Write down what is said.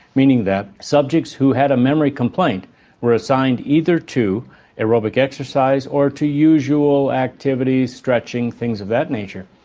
meaning that subjects who had a memory complaint were assigned either to aerobic exercise or to usual activity, stretching, things of that nature.